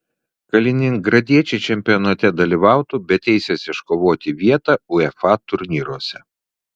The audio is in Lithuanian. kaliningradiečiai čempionate dalyvautų be teisės iškovoti vietą uefa turnyruose